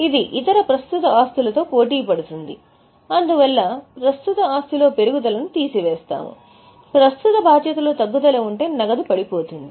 అది ఇతర ప్రస్తుత ఆస్తులతో పోటీపడుతుంది అందువల్ల ప్రస్తుత ఆస్తిలో పెరుగుదల ను తీసివేస్తాము ప్రస్తుత బాధ్యతలో తగ్గుదల ఉంటే నగదు పడిపోతుంది